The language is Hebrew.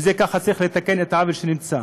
וככה צריך לתקן את העוול שנמצא.